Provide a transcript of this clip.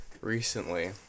Recently